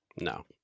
No